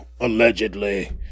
allegedly